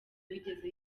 wigeze